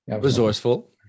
resourceful